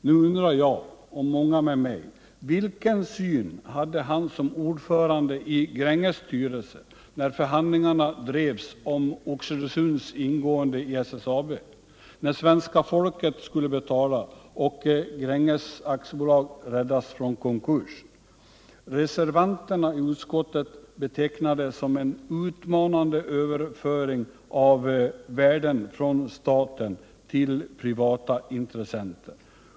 Nu undrar jag och många med mig: Vilken syn hade han som ordförande i Gränges” styrelse, när förhandlingarna drevs om Oxelösunds ingående i SSAB, när svenska folket skulle betala och Gränges räddas från konkurs? Reservanterna betecknar det som en utmanande överföring av värden från staten till privata intressenter.